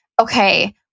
okay